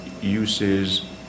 uses